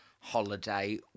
holiday